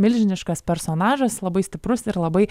milžiniškas personažas labai stiprus ir labai